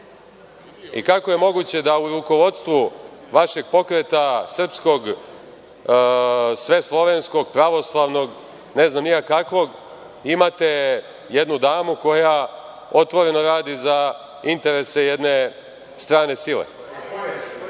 Kako je moguće da u rukovodstvu vaših pokreta srpskog, sve slovenskog, pravoslavnog ne znam ni ja kakvog, imate jednu damu koja otvoreno radi za interese jedne strane sile? Kako je